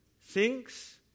thinks